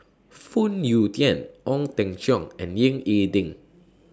Phoon Yew Tien Ong Teng Cheong and Ying E Ding